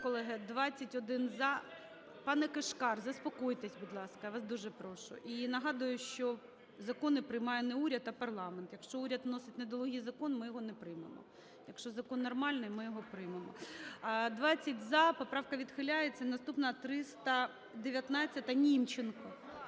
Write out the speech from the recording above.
Шановні колеги, 21 – за. Пане Кишкар, заспокойтеся, будь ласка, я вас дуже прошу. І нагадую, що закони приймає не уряд, а парламент. Якщо уряд вносить недолугий закон, ми його не приймемо. Якщо закон нормальний, ми його приймемо. 20 – за. Поправка відхиляється. Наступна - 319-а, Німченко.